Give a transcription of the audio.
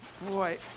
Boy